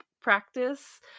practice